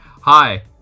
Hi